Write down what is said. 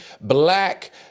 black